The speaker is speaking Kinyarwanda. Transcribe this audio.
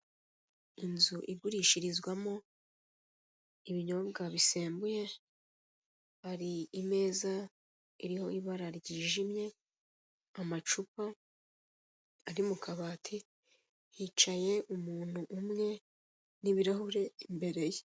Inzu igurishirizwamo ibinyobwa bisembuye, hari imeza iriho ibara ryijimye, amacupa ari mu kabati, hicaye umuntu umwe, n'ibirahure imbere ye.